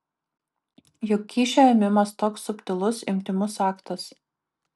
juk kyšio ėmimas toks subtilus intymus aktas